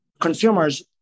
consumers